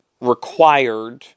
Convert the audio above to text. required